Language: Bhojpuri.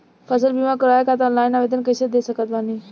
फसल बीमा करवाए खातिर ऑनलाइन आवेदन कइसे दे सकत बानी?